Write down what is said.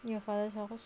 your father's house